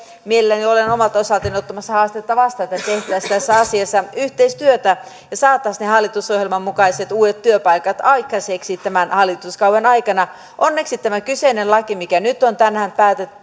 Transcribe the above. mielelläni olen omalta osaltani ottamassa haastetta vastaan että tehtäisiin tässä asiassa yhteistyötä ja saataisiin ne hallitusohjelman mukaiset uudet työpaikat aikaiseksi tämän hallituskauden aikana onneksi tämä kyseinen laki mikä nyt on tänään